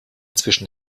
zwischen